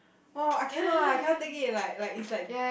!wow! I cannot ah I cannot take it like like it's like